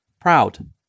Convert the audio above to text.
proud